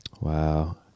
wow